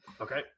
Okay